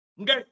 Okay